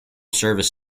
service